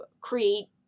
create